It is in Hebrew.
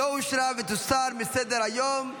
לא אושרה, ותוסר מסדר-היום.